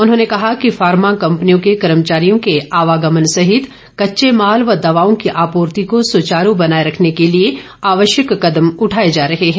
उन्होंने कहा कि फार्मा कम्पनियों के कर्मचारियों के आवागमन सहित कच्चे माल व दवाओं की आपूर्ति को सूचारू बनाए रखने के लिए आवश्यक कदम उठाए जा रहे हैं